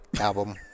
album